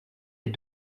est